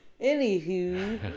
Anywho